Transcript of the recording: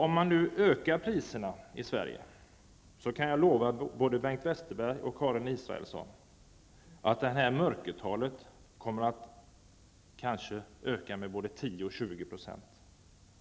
Om man nu höjer de svenska priserna, kan jag lova både Bengt Westerberg och Karin Israelsson att mörkertalet kanske kommer att öka med både 10 och 20 %.